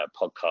podcast